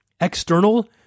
External